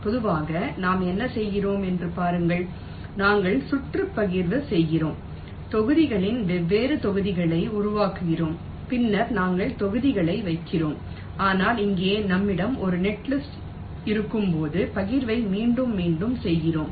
பொதுவாக நாம் என்ன செய்கிறோம் என்று பாருங்கள் நாங்கள் சுற்று பகிர்வு செய்கிறோம் தொகுதிகளின் வெவ்வேறு தொகுதிகளை உருவாக்குகிறோம் பின்னர் நாங்கள் தொகுதிகளை வைக்கிறோம் ஆனால் இங்கே நம்மிடம் ஒரு நெட்லிஸ்ட் இருக்கும்போது பகிர்வை மீண்டும் மீண்டும் செய்கிறோம்